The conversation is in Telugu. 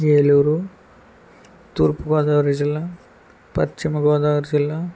ఏలూరు తూర్పుగోదావరి జిల్లా పశ్చిమగోదావరి జిల్లా